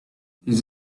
this